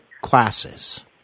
classes